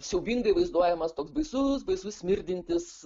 siaubingai vaizduojamas toks baisus baisus smirdintis